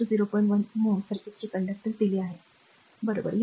1 mho conductance सर्किटचे दिले आहे बरोबर